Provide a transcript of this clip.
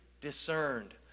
discerned